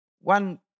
One